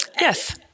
Yes